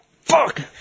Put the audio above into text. Fuck